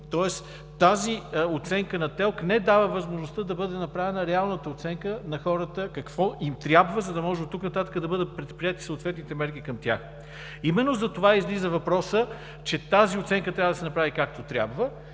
Тоест, тази оценка на ТЕЛК не дава възможността да бъде направена реалната оценка на хората какво им трябва, за да може оттук нататък да бъдат предприети съответните мерки към тях. Именно затова излиза въпросът, че тази оценка трябва да се направи както трябва.